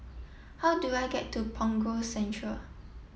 how do I get to Punggol Central